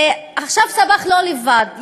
עכשיו, סבאח לא לבד.